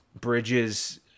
Bridges